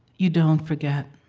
you don't forget.